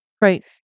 Right